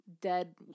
dead